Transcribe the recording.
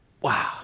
Wow